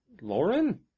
Lauren